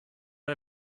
der